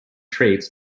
traits